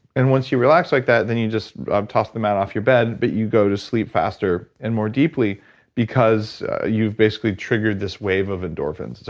and once you relax like that you just toss the mat off your bed but you go to sleep faster and more deeply because you've basically triggered this wave of endorphins. so